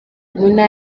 ntara